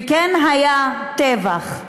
וכן היה טבח,